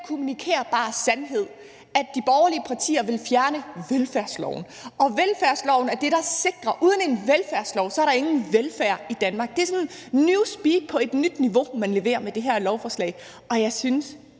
kommunikerbar sandhed, at de borgerlige partier vil fjerne velfærdsloven, og at velfærdsloven er det, der sikrer velfærd. Uden en velfærdslov er der ingen velfærd i Danmark. Det er sådan newspeak på et nyt niveau, man leverer med det her lovforslag, og jeg synes